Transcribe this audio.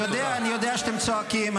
אני יודע, אני יודע שאתם צועקים.